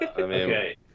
Okay